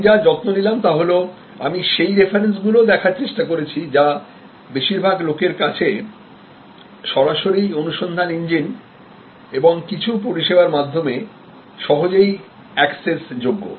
আমি যেটা খেয়াল রেখেছি তা হল আমি সেই রেফারেন্সগুলি দেখার চেষ্টা করেছি যা বেশিরভাগ লোকেরা সরাসরি সার্চ ইঞ্জিন এবং কিছু পরিষেবার মাধ্যমে সহজেই পেয়ে যাবে